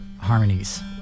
harmonies